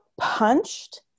punched